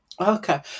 Okay